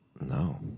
No